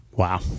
Wow